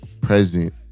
present